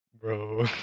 bro